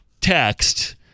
text